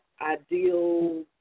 ideal